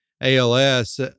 ALS